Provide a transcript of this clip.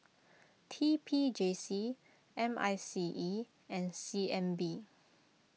T P J C M I C E and C N B